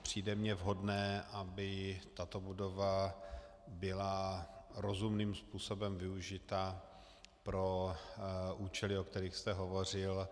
Přijde mi vhodné, aby tato budova byla rozumným způsobem využita pro účely, o kterých jste hovořil.